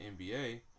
NBA